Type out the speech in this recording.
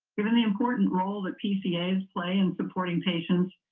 given the important role that pcas play in supporting patients,